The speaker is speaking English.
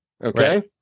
Okay